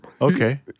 Okay